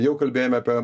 jau kalbėjome apie